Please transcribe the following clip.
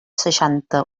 seixanta